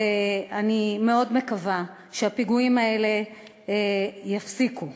ואני מאוד מקווה שהפיגועים האלה ייפסקו.